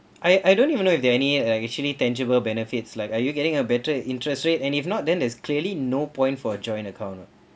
I I don't even know if there any uh actually tangible benefits like are you getting a better interest rate and if not then there is clearly no point for joint account oh